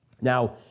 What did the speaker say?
Now